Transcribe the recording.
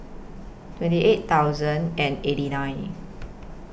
twenty eight thousand and eighty nine